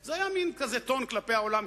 זה היה מין כזה טון כלפי העולם,